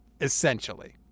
essentially